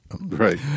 Right